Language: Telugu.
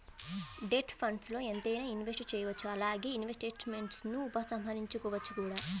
డెట్ ఫండ్స్ల్లో ఎంతైనా ఇన్వెస్ట్ చేయవచ్చు అలానే ఇన్వెస్ట్మెంట్స్ను ఉపసంహరించుకోవచ్చు కూడా